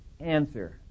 Answer